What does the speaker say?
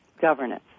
governance